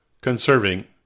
conserving